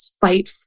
fight